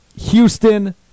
Houston